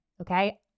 okay